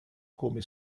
come